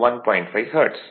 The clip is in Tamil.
5 ஹெர்ட்ஸ்